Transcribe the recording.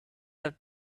have